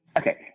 okay